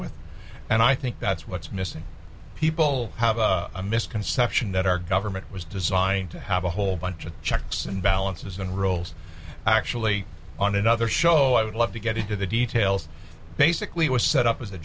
with and i think that's what's missing people have a misconception that our government was designed to have a whole bunch of checks and balances and rolls actually on another show i would love to get into the details basically it was set up as a